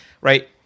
right